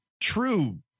true